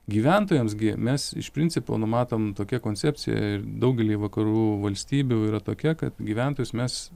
gyventojams gi mes iš principo numatom tokia koncepcija ir daugely vakarų valstybių yra tokia kad gyventojus mes